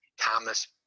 Thomas